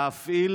להפעיל